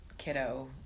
kiddo